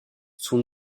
son